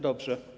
Dobrze.